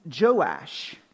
Joash